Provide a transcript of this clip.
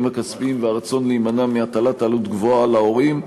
הכספיים והרצון להימנע מהטלת עלות גבוהה על ההורים,